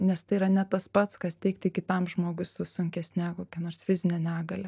nes tai yra ne tas pats kas teikti kitam žmogui su sunkesne kokia nors fizine negalia